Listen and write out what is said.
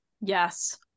Yes